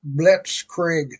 blitzkrieg